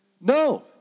No